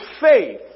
faith